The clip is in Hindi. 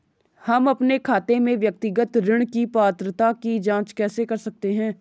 हम अपने खाते में व्यक्तिगत ऋण की पात्रता की जांच कैसे कर सकते हैं?